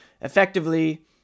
effectively